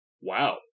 Wow